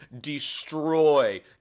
destroy